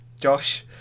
Josh